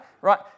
Right